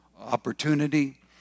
opportunity